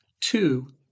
Two